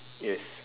yes